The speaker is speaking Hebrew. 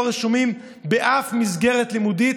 לא רשומים באף מסגרת לימודית.